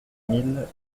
mille